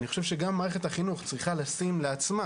אני חושב שגם מערכת החינוך צריכה לשים לעצמה